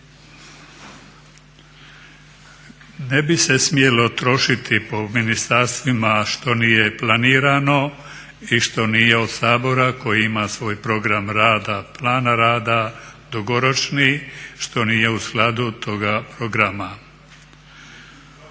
Ne bi se smjelo trošiti po ministarstvima što nije planirano i što nije od Sabora koji ima svoj program rada, plan rada dugoročni što nije u skladu toga programa. Naravno